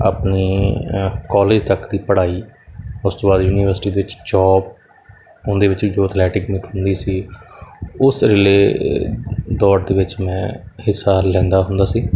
ਆਪਣੇ ਕੋਲਜ ਤੱਕ ਦੀ ਪੜ੍ਹਾਈ ਉਸ ਤੋਂ ਬਾਅਦ ਯੂਨੀਵਰਸਿਟੀ ਦੇ ਵਿੱਚ ਜੋਬ ਉਹਦੇ ਵਿੱਚ ਜੋ ਐਥਲੈਟਿਕਸ ਮੀਟ ਹੁੰਦੀ ਸੀ ਉਸ ਰਿਲੇਅ ਦੌੜ ਦੇ ਵਿੱਚ ਮੈਂ ਹਿੱਸਾ ਲੈਂਦਾ ਹੁੰਦਾ ਸੀ